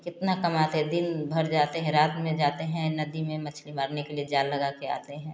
कितना कमाते हैं दिन भर जाते हैं रात में जाते हैं नदी में मछली मारने के लिए जाल लगा के आते हैं